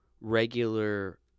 regular